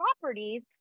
properties